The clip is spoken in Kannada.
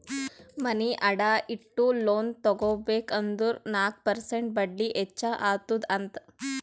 ಮನಿ ಅಡಾ ಇಟ್ಟು ಲೋನ್ ತಗೋಬೇಕ್ ಅಂದುರ್ ನಾಕ್ ಪರ್ಸೆಂಟ್ ಬಡ್ಡಿ ಹೆಚ್ಚ ಅತ್ತುದ್ ಅಂತ್